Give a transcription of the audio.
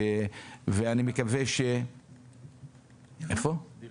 בדיר